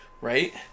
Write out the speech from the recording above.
Right